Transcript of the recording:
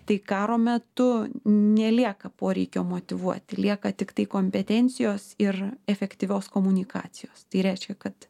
tai karo metu nelieka poreikio motyvuoti lieka tiktai kompetencijos ir efektyvios komunikacijos tai reiškia kad